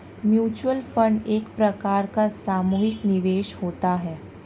mutual fund एक प्रकार का सामुहिक निवेश होता है